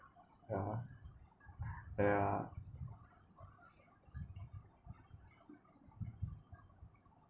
yeah yeah